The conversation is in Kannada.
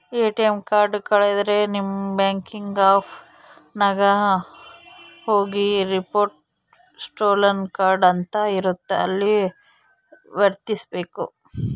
ಎ.ಟಿ.ಎಮ್ ಕಾರ್ಡ್ ಕಳುದ್ರೆ ನಿಮ್ ಬ್ಯಾಂಕಿಂಗ್ ಆಪ್ ನಾಗ ಹೋಗಿ ರಿಪೋರ್ಟ್ ಸ್ಟೋಲನ್ ಕಾರ್ಡ್ ಅಂತ ಇರುತ್ತ ಅಲ್ಲಿ ವತ್ತ್ಬೆಕು